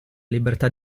libertà